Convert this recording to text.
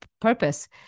purpose